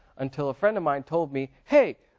until a friend of mine told me, hey!